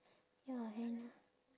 ya henna